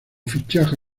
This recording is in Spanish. fichaje